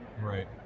right